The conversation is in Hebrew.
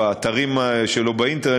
באתרים שלו באינטרנט,